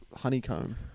honeycomb